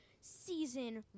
season